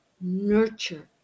nurture